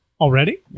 Already